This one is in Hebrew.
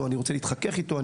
שאני רוצה להתחכך איתו,